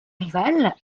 rival